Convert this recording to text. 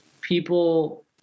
people